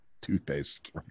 toothpaste